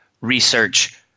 research